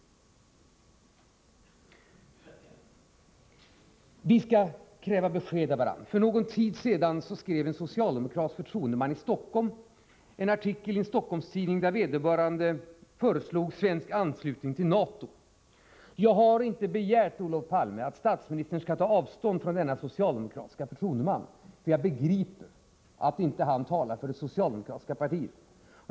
Vi skall kräva besked av varandra. För någon tid sedan skrev en socialdemokratisk förtroendeman i Stockholm en artikel i en Stockholmstidning. Vederbörande föreslog svensk anslutning till NATO. Jag har inte begärt, Olof Palme, att statsministern skall ta avstånd från denna socialdemokratiska förtroendeman, för jag begriper att förtroendemannen inte talade för det socialdemokratiska partiet.